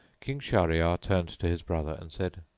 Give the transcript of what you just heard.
king shahryar turned to his brother and said,